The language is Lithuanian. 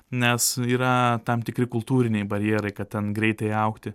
nes yra tam tikri kultūriniai barjerai kad ten greitai augti